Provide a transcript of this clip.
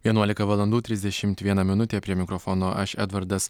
vienuolika valandų trisdešimt viena minutė prie mikrofono aš edvardas